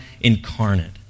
incarnate